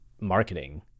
marketing